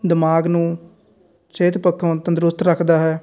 ਦਿਮਾਗ ਨੂੰ ਸਿਹਤ ਪੱਖੋਂ ਤੰਦਰੁਸਤ ਰੱਖਦਾ ਹੈ